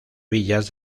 villas